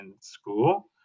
school